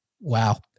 Wow